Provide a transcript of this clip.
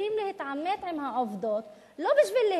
צריכים להתעמת עם העובדות לא בשביל להתלונן,